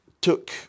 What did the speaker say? took